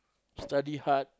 study hard